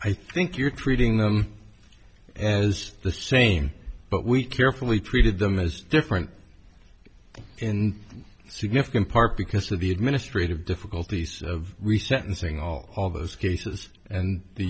i think you're treating them as the same but we carefully treated them as different in significant part because of the administrative difficulties of re sentencing all of those cases and the